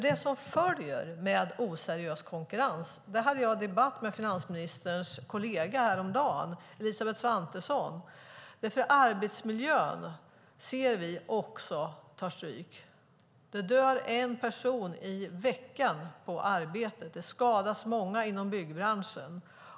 Det som följer med oseriös konkurrens - och det hade jag en debatt om med finansministerns kollega Elisabeth Svantesson häromdagen - är att arbetsmiljön tar stryk. Det kan vi se. Det dör en person i veckan på arbetet; det skadas många inom byggbranschen.